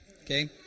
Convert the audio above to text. Okay